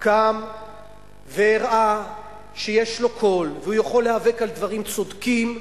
קם והראה שיש לו קול והוא יכול להיאבק על דברים צודקים.